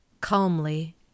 Calmly